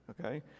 Okay